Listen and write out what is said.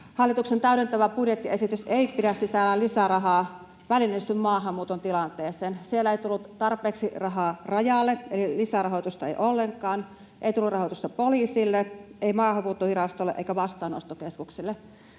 Hallituksen täydentävä budjettiesitys ei pidä sisällään lisärahaa välineistetyn maahanmuuton tilanteeseen. Siellä ei tullut tarpeeksi rahaa Rajalle, lisärahoitusta ei ollenkaan, ei tullut rahoitusta poliisille, ei Maahanmuuttovirastolle eikä vastaanottokeskuksille.